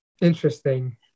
Interesting